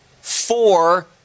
four